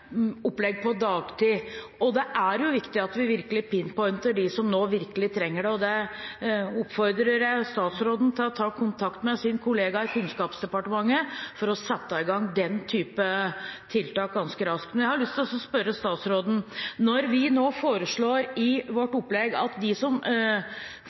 på dagtid. Det er viktig at vi virkelig «pinpointer» dem som nå virkelig trenger det. Derfor oppfordrer jeg statsråden til å ta kontakt med sin kollega i Kunnskapsdepartementet for å sette i gang den type tiltak ganske raskt. Men jeg har lyst til å spørre statsråden: Når vi i vårt opplegg nå foreslår